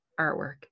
artwork